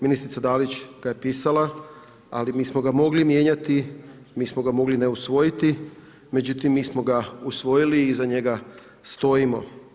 Ministrica Dalić ga je pisala, ali mi smo ga mogli mijenjati, mi smo ga mogli ne usvojiti, međutim, mi smo ga usvojili i iza njega stojimo.